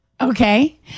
Okay